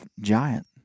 giant